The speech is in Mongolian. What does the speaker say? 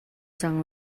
зан